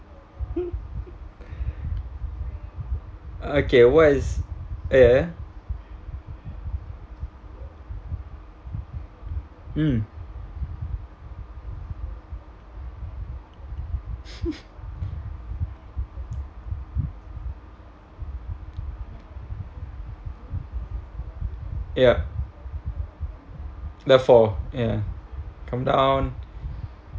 okay what is ya ya mm yup the four come down